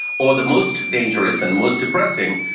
or the most dangerous and the most depressing,